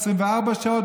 24 שעות,